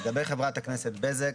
לגבי ח"כ בזק,